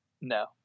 No